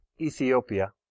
Ethiopia